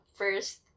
first